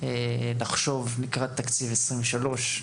לחשוב לקראת תקציב 2023,